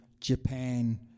Japan